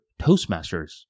Toastmasters